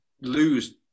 lose